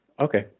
Okay